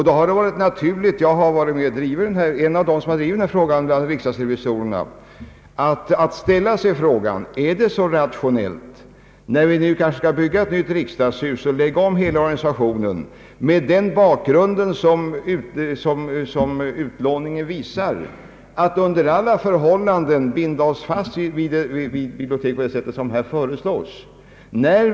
Då har det varit naturligt — jag har varit en av dem som drivit den linjen bland riksdagsrevisorerna — att ställa sig frågan: Är det så rationellt, när vi nu kanske skall bygga ett nytt riksdagshus och då en omläggning av hela organisationen kan bli aktuell, att med den bakgrund som utlåningen visar, under alla förhållanden binda oss vid en ordning efter de linjer utskottet här föreslår?